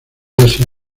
asia